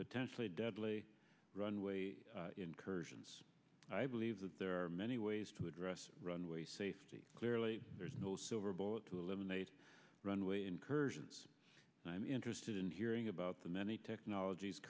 potentially deadly runway incursions i believe that there are many ways to address runway safety clearly there's no silver bullet to eliminate runway incursions and i'm interested in hearing about the many technolog